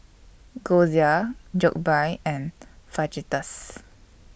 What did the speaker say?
Gyoza Jokbal and Fajitas